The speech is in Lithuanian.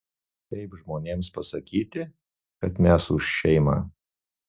šiaip žmonėms pasakyti kad mes už šeimą